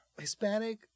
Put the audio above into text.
Hispanic